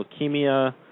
leukemia